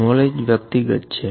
knowledge વ્યક્તિગત છે